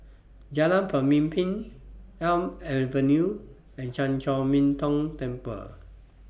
Jalan Pemimpin Elm Avenue and Chan Chor Min Tong Temple